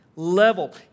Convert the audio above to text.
level